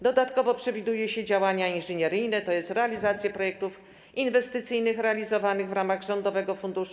Dodatkowo przewiduje się działania inżynieryjne, tj. realizację projektów inwestycyjnych realizowanych w ramach Rządowego Funduszu